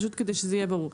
פשוט כדי שזה יהיה ברור.